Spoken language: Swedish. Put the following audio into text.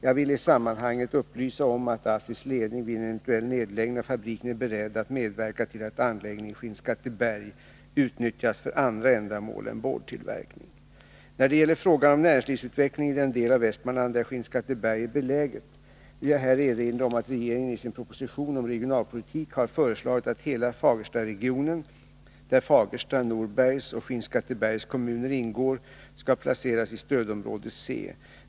Jag vill i sammanhanget upplysa om att ASSI:s ledning vid en eventuell nedläggning av fabriken är beredd att medverka till att anläggningen i Skinnskatteberg utnyttjas för andra ändamål än boardtillverkning. När det gäller frågan om näringslivsutvecklingen i den del av Västmanland där Skinnskatteberg är beläget vill jag här erinra om att regeringen i sin proposition om regionalpolitik har föreslagit att hela Fagerstaregionen, där Fagersta, Norbergs och Skinnskattebergs kommuner ingår, skall placeras i stödområde C.